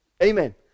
Amen